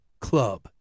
club